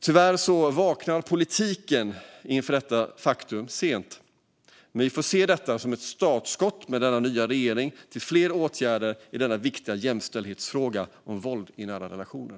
Tyvärr vaknar politiken sent inför detta faktum. Men med den nya regeringen får vi se detta som ett startskott för fler åtgärder i denna viktiga jämställdhetsfråga om våld i nära relationer.